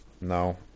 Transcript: no